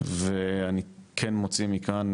ואני כן מוציא מכאן,